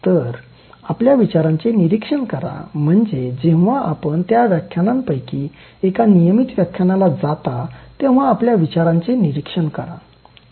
तर आपल्या विचारांचे निरीक्षण करा म्हणजे जेव्हा आपण त्या व्याखानांपैकी एका नियमित व्याख्यानाला जाता तेव्हा आपल्या विचारांचे निरीक्षण करा